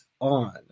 on